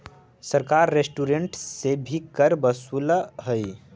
सरकार रेस्टोरेंट्स से भी कर वसूलऽ हई